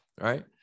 right